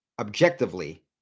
objectively